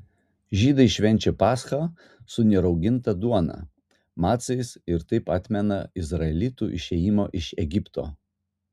žydai švenčia paschą su nerauginta duona macais ir taip atmena izraelitų išėjimą iš egipto